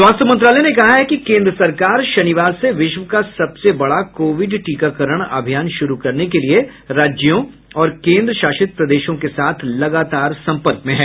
स्वास्थ्य मंत्रालय ने कहा है कि केंद्र सरकार शनिवार से विश्व का सबसे बड़ा कोविड टीकाकरण अभियान शुरू करने के लिए राज्यों और केंद्र शासित प्रदेशों के साथ लगातार सम्पर्क में है